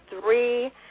three